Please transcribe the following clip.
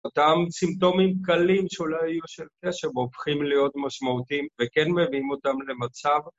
אותם סימפטומים קלים, שאולי היו של תשע, והופכים להיות משמעותיים וכן מביאים אותם למצב.